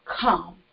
come